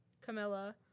Camilla